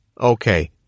Okay